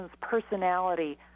personality